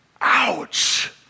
Ouch